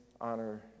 honor